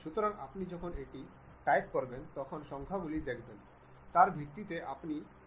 সুতরাং আপনি যখন এটি টাইপ করবেন তখন সংখ্যাগুলি দেখবেন তার ভিত্তিতে আপনি এটি লিখতে পারেন